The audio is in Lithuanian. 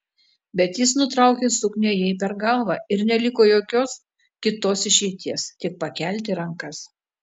bet jis nutraukė suknią jai per galvą neliko jokios kitos išeities tik pakelti rankas